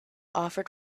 offered